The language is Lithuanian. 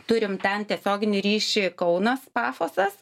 turim ten tiesioginį ryšį kaunas pafosas